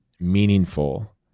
meaningful